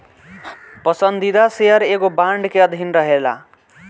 पसंदीदा शेयर एगो बांड के अधीन रहेला